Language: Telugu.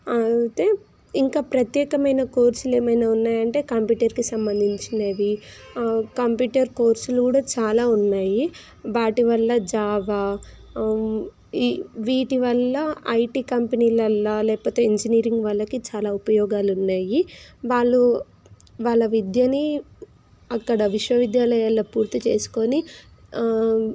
అయితే ఇంక ప్రత్యేకమైన కోర్సులు ఏమైనా ఉన్నాయి అంటే కంప్యూటర్కి సంబంధించినవి కంప్యూటర్ కోర్సులు కూడా చాలా ఉన్నాయి వాటి వల్ల జావా ఈ వీటి వల్ల ఐటీ కంపెనీలలో లేకపోతే ఇంజనీరింగ్ వాళ్ళకి చాలా ఉపయోగాలు ఉన్నాయి వాళ్ళు వాళ్ళ విద్యని అక్కడ విశ్వవిద్యాలయాలలో పూర్తిచేసుకుని